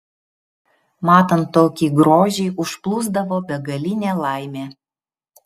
matant tokį grožį užplūsdavo begalinė laimė